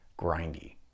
grindy